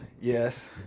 Yes